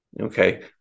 okay